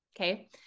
Okay